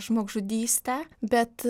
žmogžudystę bet